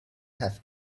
have